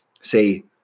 say